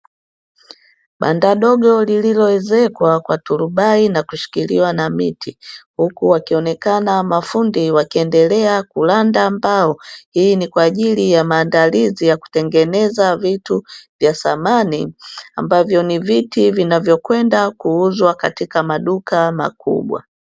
Banda dogo kililo ezekwa kwa turubai na kushikiliwa na miti, huku wakionekana mafundi wakiendelea kuranda mbao, hii ni kwaajili ya maandalizi ya kutengeneza vitu vya samani ambavyo ni viti vinavyo kwenda kuuzwa katika maduka makubwa.